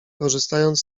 korzystając